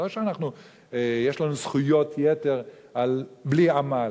לא שיש לנו זכויות יתר בלי עמל,